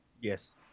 Yes